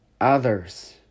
others